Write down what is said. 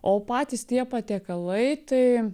o patys tie patiekalai tai